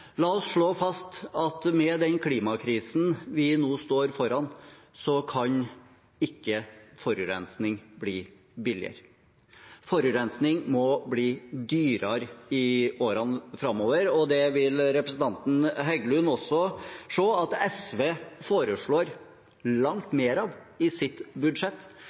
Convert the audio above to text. La oss slå fast at med den klimakrisen vi nå står foran, kan ikke forurensning bli billigere. Forurensning må bli dyrere i årene framover. Det vil representanten Heggelund også se at SV foreslår langt mer av i sitt budsjett